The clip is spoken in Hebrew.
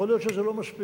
יכול להיות שזה לא מספיק.